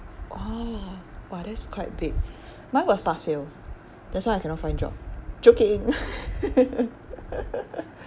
oh !wah! that's quite big mine was pass fail that's why I cannot find job joking